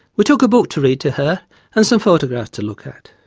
we took a book to read to her and some photographs to look at.